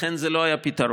ולכן זה לא היה פתרון.